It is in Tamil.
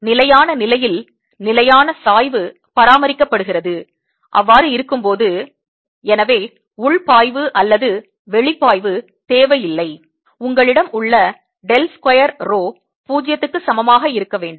நிலையான நிலையில் நிலையான சாய்வு பராமரிக்கப்படுகிறது போது எனவே உள்பாய்வு அல்லது வெளிப்பாய்வு தேவை இல்லை உங்களிடம் உள்ள del ஸ்கொயர் rho 0 க்கு சமமாக இருக்க வேண்டும்